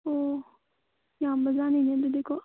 ꯑꯣ ꯌꯥꯝꯕꯖꯥꯠꯅꯤꯅꯦ ꯑꯗꯨꯗꯤ ꯀꯣ